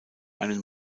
einen